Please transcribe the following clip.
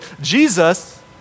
Jesus